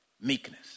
Meekness